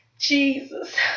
Jesus